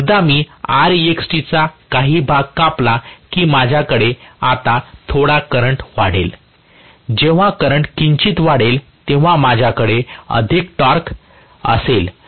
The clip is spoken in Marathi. एकदा मी Rext चा काही भाग कापला की माझ्याकडे आता करंट थोडा वाढेल जेव्हा करंट किंचित वाढेल तेव्हा माझ्याकडे अधिक टॉर्क असेल